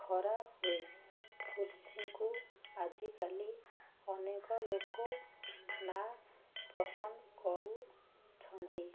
ଖରା ହୁଏ କୃଷିକୁ ଆଜିକାଲି ଅନେକ ଲୋକ ନା ପସନ୍ଦ କରୁଛନ୍ତି